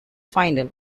final